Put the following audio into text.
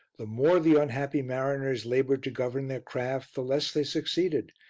the more the unhappy mariners laboured to govern their craft, the less they succeeded,